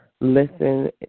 listen